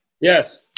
Yes